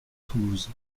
toulouse